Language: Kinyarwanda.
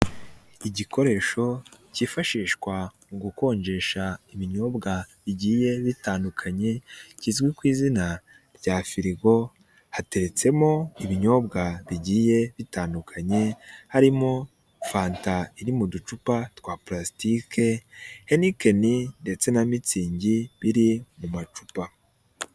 Igikoresho cyifashishwa mu gukonjesha ibinyobwa bigiyeye bitandukanye, kizwi ku izina rya firigo, hateretsemo ibinyobwa bigiye bitandukanye, harimo fanta iri mu ducupa twa pulastike. Heineken ndetse na Mitsing iri mu macupa.